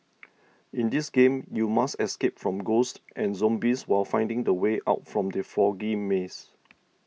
in this game you must escape from ghosts and zombies while finding the way out from the foggy maze